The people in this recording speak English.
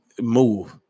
move